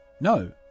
No